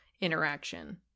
interaction